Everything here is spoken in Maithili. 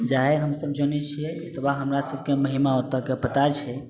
जएह हमसब जानै छिए एतबा हमरासबके महिमा एतऽके पता छै